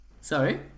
Sorry